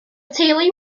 teulu